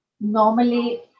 normally